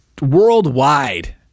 worldwide